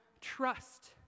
trust